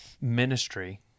ministry